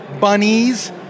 Bunnies